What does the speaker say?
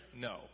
No